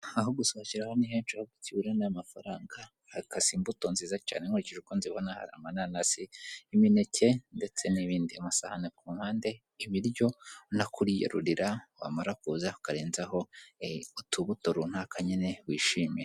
Aho gusohokera ho ni henshi ahubwo ikibura ni amafaranga, hakase imbuto nziza cyane nkurikije uko nzibona, hari amananasi, imineke ndetse n'ibindi, amasahani ku mpande, ibiryo, nako uriyarurira wamara kuza ukarenzaho utubuto runaka nyine wishimira.